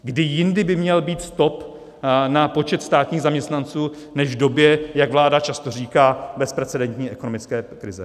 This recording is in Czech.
Kdy jindy by měl být stop na počet státních zaměstnanců než v době, jak vláda často říká, bezprecedentní ekonomické krize?